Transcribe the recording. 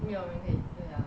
没有人可以对呀